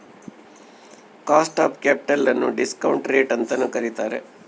cost of capital ನ್ನು discount rate ಅಂತನು ಕರಿತಾರೆ